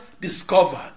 discovered